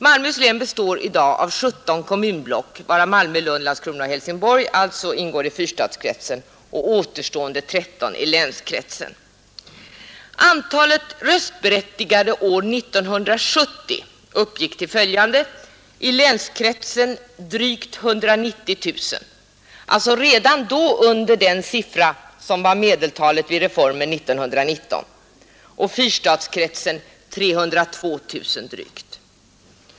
Malmöhus län består i dag av 17 kommunblock, varav Malmö, Lund, Landskrona och Helsingborg ingår i fyrstadskretsen och återstående 13 i länskretsen. Antalet röstberättigade år 1970 uppgick till följande: i länskretsen drygt 190 000 — alltså redan då under den siffra som var medeltalet vid reformen år 1919 — och i fyrstadskretsen drygt 302 000.